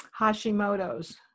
Hashimoto's